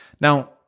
Now